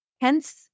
Hence